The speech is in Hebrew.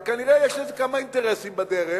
וכנראה יש איזה כמה אינטרסים בדרך.